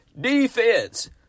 defense